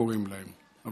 לא אכפת לי איך קוראים להם,